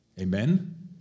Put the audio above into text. Amen